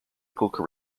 political